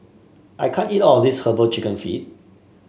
I can't eat all of this herbal chicken feet